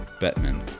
Batman